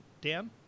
dan